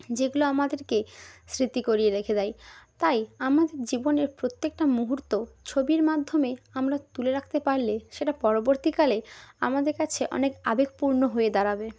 যেগুলো আমাদেরকে স্মৃতি করিয়ে রেখে দেয় তাই আমাদের জীবনের প্রত্যেকটা মুহূর্ত ছবির মাধ্যমে আমরা তুলে রাখতে পারলে সেটা পরবর্তীকালে আমাদের কাছে অনেক আবেগপূর্ণ হয়ে দাঁড়াবে